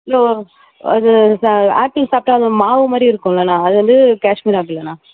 no அது ச apple சாப்பிட்டா அது மாவு மாதிரி இருக்கில்லண்ணா அது வந்து காஷ்மீர் ஆப்பிள்லாண்ணா